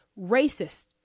racist